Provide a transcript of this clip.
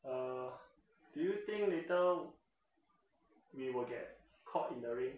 uh do you think later we will get caught in the rain